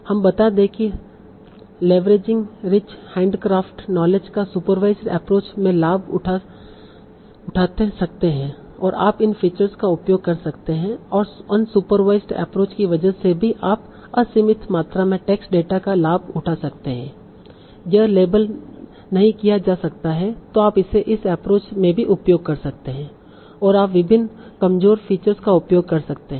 अब बता दें कि लेवेरेज़िंग रिच हैंडक्राफटेड नॉलेज का सुपरवाइसड एप्रोच में लाभ उठाते सकते है और आप इन फीचर्स का उपयोग कर सकते हैं और अनसुपरवाइसड एप्रोच की वजह से भी आप असीमित मात्रा में टेक्स्ट डेटा का लाभ उठा सकते हैं यह लेबल नहीं किया जा सकता है तो आप इसे इस एप्रोच में भी उपयोग कर सकते हैं और आप विभिन्न कमजोर फीचर्स का उपयोग कर सकते हैं